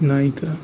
নায়িকা